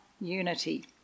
unity